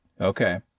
Okay